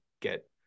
get